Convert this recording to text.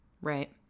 Right